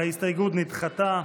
ההסתייגות נדחתה.